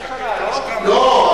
לא,